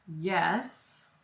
Yes